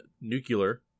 nuclear